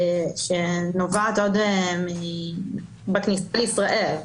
כללית עוד בכניסה לישראל,